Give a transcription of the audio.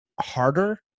harder